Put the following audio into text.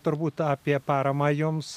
turbūt apie paramą jums